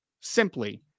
simply